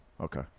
Okay